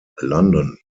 london